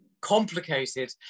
complicated